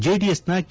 ಜೆಡಿಎಸ್ನ ಕೆ